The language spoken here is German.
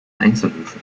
einzelhöfe